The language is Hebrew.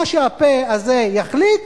מה שהפה הזה יחליט,